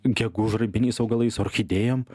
gegužraibiniais augalais su orchidėjom